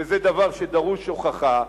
וזה דבר שדרוש הוכחה,